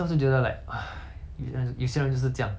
but then hor 唉